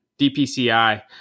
dpci